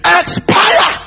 expire